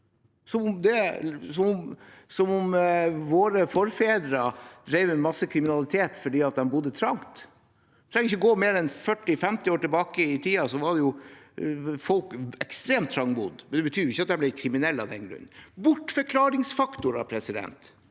som om våre forfedre drev med masse kriminalitet fordi de bodde trangt. Man trenger ikke gå mer enn 40–50 år tilbake i tid. Da levde folk ekstremt trangbodd. Det betyr ikke at de ble kriminelle av den grunn. Det er bortforklaringsfaktorer – vil